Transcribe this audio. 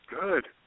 Good